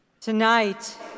Tonight